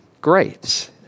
great